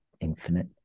infinite